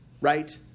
right